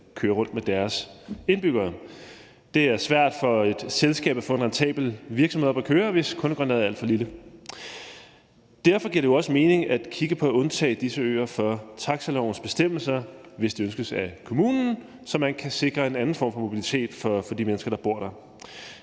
køre rundt med deres indbyggere. Det er svært for et selskab at få en rentabel virksomhed op at køre, hvis kundegrundlaget er alt for lille. Derfor giver det jo også mening at kigge på at undtage disse øer fra taxilovens bestemmelser, hvis det ønskes af kommunen, så man kan sikre en anden form for mobilitet for de mennesker, der bor der.